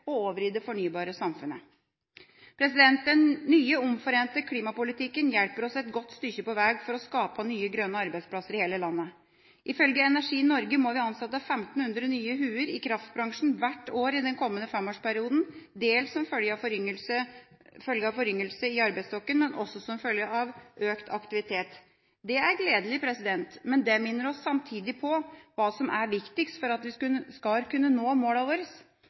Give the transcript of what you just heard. over i det fornybare samfunnet. Ifølge Energi Norge må vi ansette 1 500 nye hoder i kraftbransjen hvert år i den kommende femårsperioden, dels som følge av foryngelse av arbeidsstokken, men også som følge av økt aktivitet. Det er gledelig, men det minner oss samtidig på hva som er viktigst for at vi skal kunne nå målene våre.